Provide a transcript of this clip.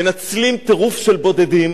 מנצלים טירוף של בודדים,